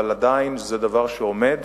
אבל עדיין זה דבר שעומד